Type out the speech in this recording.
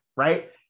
right